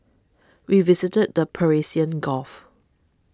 we visited the Persian Gulf